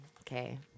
Okay